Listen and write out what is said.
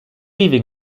leaving